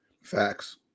Facts